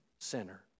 sinner